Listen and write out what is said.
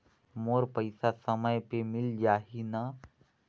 मोर पइसा समय पे मिल जाही न?